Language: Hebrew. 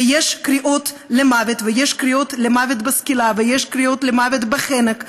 ויש קריאות למוות ויש קריאות למוות בסקילה ויש קריאות למוות בחנק,